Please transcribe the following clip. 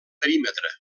perímetre